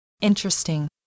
Interesting